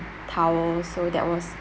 towels so that was